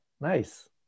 nice